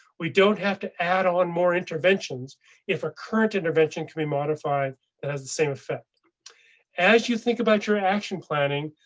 we don't have to add on more interventions if a current intervention can be modified that has the same effect as you. think about your action planning.